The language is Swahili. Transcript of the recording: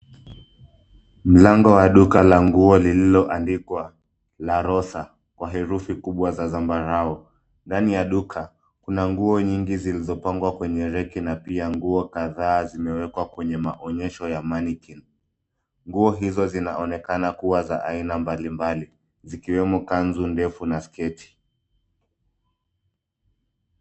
Mlango wa duka la nguo lililoandikwa LA ROSA kwa herifu kubwa za zambarau. Ndani ya duka, kuna nguo nyingi zilizopangwa kwenye reki, na pia nguo kadhaa zimewekwa kwenye maonyesho ya manekeni. Nguo hizo zinaonekana kuwa za aina mbalimbali, zikiwemo kanzu ndefu na sketi.